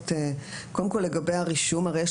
לגבי הרישום: הרי,